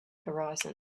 horizon